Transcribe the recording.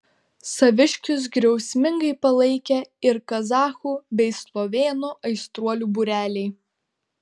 saviškius griausmingai palaikė ir kazachų bei slovėnų aistruolių būreliai